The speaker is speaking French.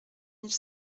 mille